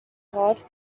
pod